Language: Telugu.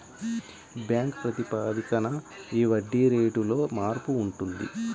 బ్యాంక్ ప్రాతిపదికన ఈ వడ్డీ రేటులో మార్పు ఉంటుంది